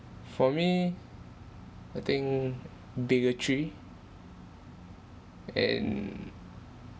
for me I think bigotry and